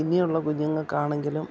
ഇനിയുള്ള കുഞ്ഞുങ്ങൾക്കാണെങ്കിലും